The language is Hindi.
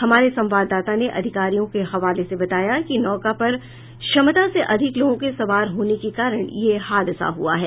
हमारे संवाददता ने अधिकारियों के हवाले से बताया कि नौका पर क्षमता से अधिक लोगों के सवार होने के कारण यह हादसा हुआ है